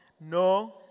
No